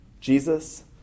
Jesus